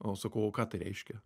o sakau o ką tai reiškia